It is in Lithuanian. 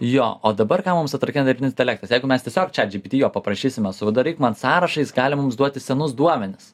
jo o dabar ką mums atrakina dirbtinis intelektas jeigu mes tiesiog čiat džipiti jo paprašysime sudaryk man sąrašą jis gali mums duoti senus duomenis